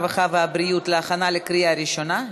הרווחה והבריאות להכנה לקריאה ראשונה.